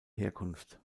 herkunft